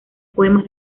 poema